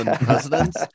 presidents